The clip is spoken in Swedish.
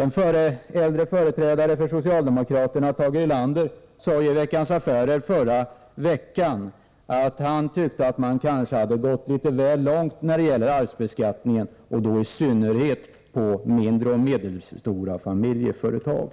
En äldre företrädare för socialdemokraterna, Tage Erlander, sade i Veckans Affärer förra veckan att han tyckte att man kanske hade gått litet väl 89 långt när det gäller arvsbeskattningen, och då i synnerhet på mindre och medelstora familjeföretag.